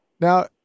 Now